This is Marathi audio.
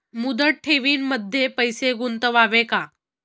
मुदत ठेवींमध्ये पैसे गुंतवावे का?